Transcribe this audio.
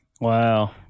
wow